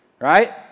Right